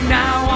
now